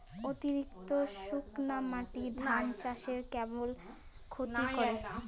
অতিরিক্ত শুকনা মাটি ধান চাষের কেমন ক্ষতি করে?